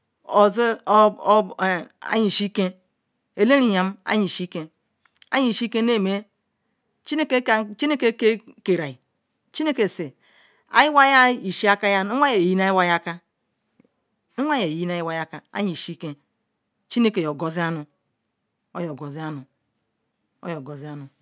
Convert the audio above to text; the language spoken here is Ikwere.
Alariyin kam ani hishi ken chineke okaro jowa enhen ike na were ye yin nujowa aka am ishi ke chineke yo gazi anu oyo gozin